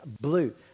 blue